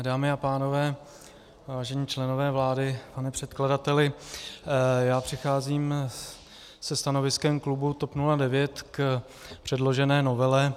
Dámy a pánové, vážení členové vlády, pane předkladateli, já přicházím se stanoviskem klubu TOP 09 k předložené novele.